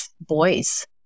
boys